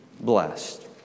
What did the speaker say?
blessed